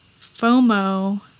FOMO